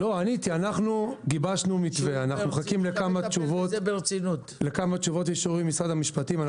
אנחנו מחכים לכמה תשובות ואישורים ממשרד המשפטים.